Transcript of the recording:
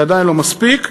זה עדיין לא מספיק,